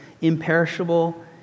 imperishable